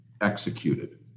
executed